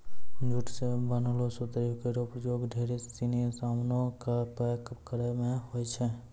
jute सें बनलो सुतरी केरो प्रयोग ढेरी सिनी सामानो क पैक करय म होय छै